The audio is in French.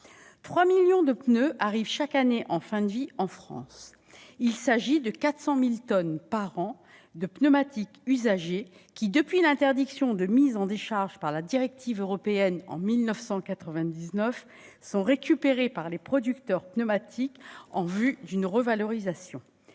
3 millions de pneus arrivent en fin de vie en France, ce qui représente 400 000 tonnes de pneumatiques usagés qui, depuis l'interdiction de mise en décharge par la directive européenne de 1999, sont récupérées par les producteurs de pneumatiques en vue de leur revalorisation.